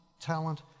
talent